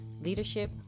leadership